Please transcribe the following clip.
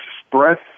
express